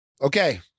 okay